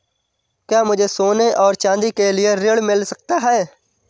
क्या मुझे सोने और चाँदी के लिए ऋण मिल सकता है?